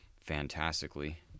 fantastically